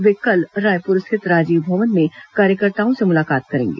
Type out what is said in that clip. वे कल रायपुर स्थित राजीव भवन में कार्यकर्ताओं से मुलाकात करेंगे